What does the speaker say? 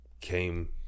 came